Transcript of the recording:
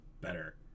better